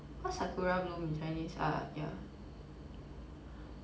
what's sakura bloom in chinese ah ya